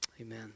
amen